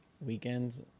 weekends